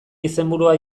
izenburua